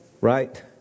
right